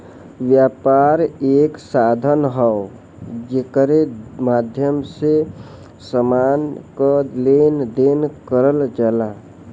व्यापार एक साधन हौ जेकरे माध्यम से समान क लेन देन करल जाला